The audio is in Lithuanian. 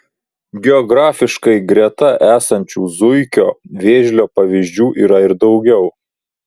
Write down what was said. geografiškai greta esančių zuikio vėžlio pavyzdžių yra ir daugiau